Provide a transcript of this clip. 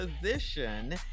position